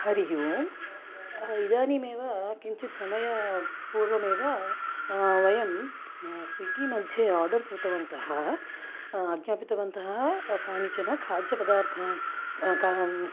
हरिः ओं इदानीमेव किञ्चित् समयात् पूर्वमेव वयं स्विग्गि मध्ये आर्डर् कृतवन्तः आज्ञापितवन्तः कानिचन खाद्यपदार्थाः